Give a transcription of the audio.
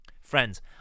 Friends